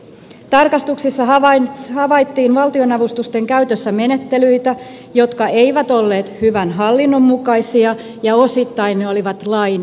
tarkastuksissa havaittiin valtionavustusten käytössä menettelyitä jotka eivät olleet hyvän hallinnon mukaisia ja osittain ne olivat lainvastaisia